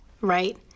Right